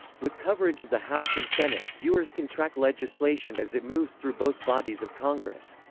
with coverage of the house and senate, viewers can track legislation as it moves through both bodies of congress.